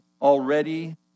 already